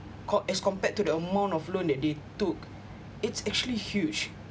com~ as compared to the amount of loan that they took it's actually huge